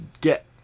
get